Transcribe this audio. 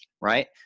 Right